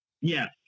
Yes